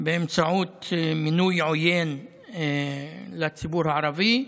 באמצעות מינוי עוין לציבור הערבי,